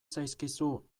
zaizkizu